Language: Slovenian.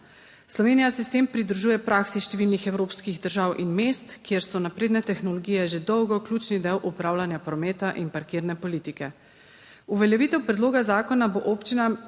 Slovenija se s tem pridružuje praksi iz številnih evropskih držav in mest, kjer so napredne tehnologije že dolgo ključni del upravljanja prometa in parkirne politike. Uveljavitev predloga zakona bo občinam,